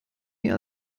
mir